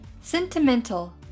Sentimental